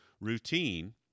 routine